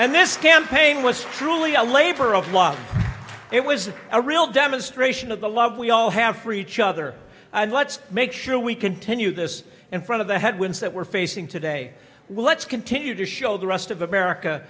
owned this campaign was truly a labor of love it was a real demonstration of the love we all have for each other and let's make sure we continue this and one of the headwinds that we're facing today well let's continue to show the rest of america